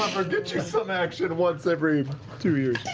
gets you some action once every two years.